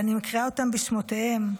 אני מקריאה אותם בשמותיהם,